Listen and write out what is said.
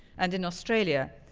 and in australia,